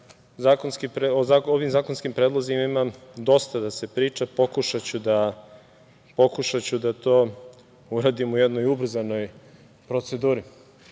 ovim zakonskim predlozima ima dosta da se priča, pokušaću da to uradim u jednoj ubrzanoj proceduri. Gospodine